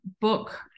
book